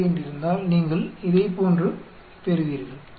5 என்று இருந்தால் நீங்கள் இதைப்போன்று பெறுவீர்கள்